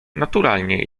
naturalnie